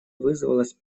вызвалась